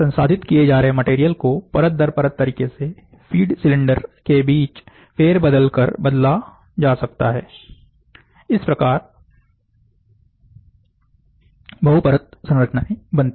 संसाधित किए जा रहे मटेरियल को परत दर परत तरीके से फीड सिलेंडर के बीच फेरबदल कर बदला का सकता है इस प्रकार बहुपरत संरचनाएं बनती हैं